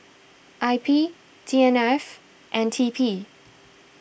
I P T N R F and T P